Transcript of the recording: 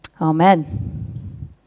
amen